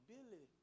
Billy